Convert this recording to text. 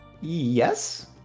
Yes